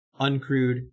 uncrewed